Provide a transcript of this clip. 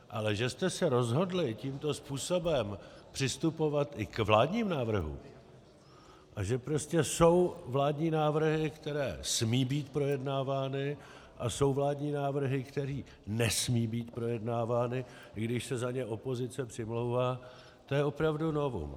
Ale že jste se rozhodli tímto způsobem přistupovat i k vládním návrhům a že prostě jsou vládní návrhy, které smí být projednávány, a jsou vládní návrhy, které nesmí být projednávány, i když se za ně opozice přimlouvá, to je opravdu novum.